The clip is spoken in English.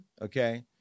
okay